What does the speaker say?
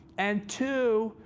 and two,